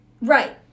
Right